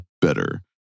better